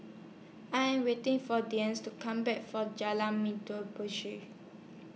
I Am waiting For Dicie to Come Back For Jalan push